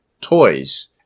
toys